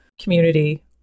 community